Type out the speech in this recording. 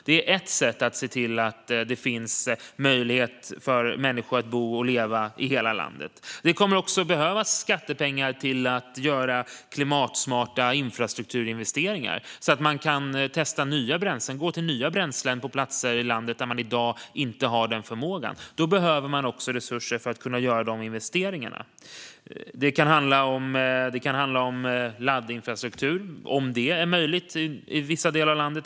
Detta är ett sätt att se till att det finns möjlighet för människor att bo och leva i hela landet. Det kommer också att behövas skattepengar till att göra klimatsmarta infrastrukturinvesteringar så att man gå till nya bränslen på platser i landet där man i dag inte har denna förmåga. Man behöver resurser för att kunna göra dessa investeringar. Det kan handla om laddinfrastruktur och om huruvida sådan är möjlig att ha i vissa delar av landet.